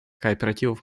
кооперативов